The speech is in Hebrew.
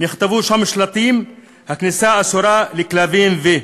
נכתבו שם שלטים: "הכניסה אסורה לכלבים ו-",